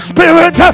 Spirit